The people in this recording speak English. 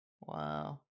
Wow